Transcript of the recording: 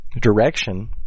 direction